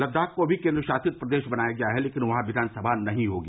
लद्दाख को भी केंद्र शासित प्रदेश बनाया गया है लेकिन वहां विधानसभा नहीं होगी